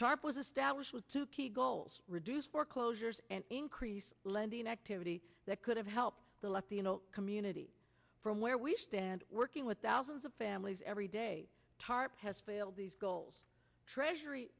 tarp was established with two key goals reduce foreclosures and increase lending activity that could help the latino community from where we stand working with thousands of families every day tarp has failed these goals treasury